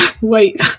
wait